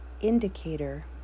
Indicator